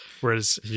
Whereas